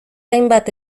hainbat